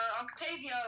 Octavio